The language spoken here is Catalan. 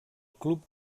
club